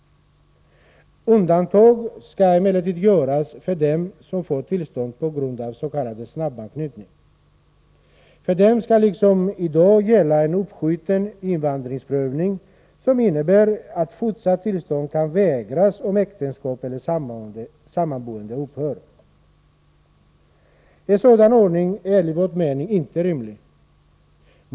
Undantag skall emellertid göras för dem som får tillstånd på grund av s.k. snabbanknytning. För dem skall liksom i dag gälla en uppskjuten invandringsprövning som innebär att fortsatt tillstånd kan vägras om äktenskap eller samboende upphör. En sådan ordning är enligt vår mening inte rimlig.